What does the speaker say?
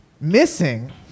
missing